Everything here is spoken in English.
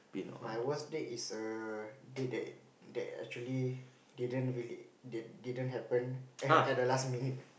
my worst date is err date that that actually didn't really did didn't happen at at the last minute